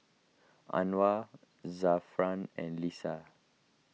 Anuar Zafran and Lisa